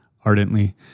ardently